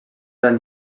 anys